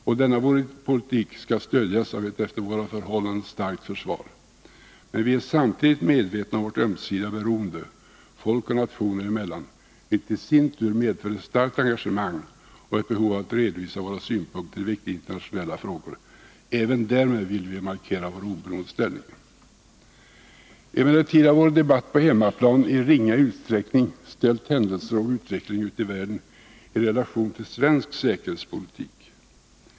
Och denna vår politik skall stödjas av ett efter våra förhållanden starkt försvar. Men vi är samtidigt medvetna om vårt ömsesidiga beroende folk och nationer emellan, vilket i sin tur medför ett starkt engagemang och ett behov av att redovisa våra synpunkter i viktiga internationella frågor. Även därmed vill vi markera vår oberoende ställning. Emellertid har vår debatt på hemmaplan i ringa utsträckning ställt händelser och utveckling ute i världen i relation till svensk säkerhetspolitik.